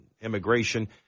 immigration